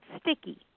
sticky